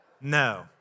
No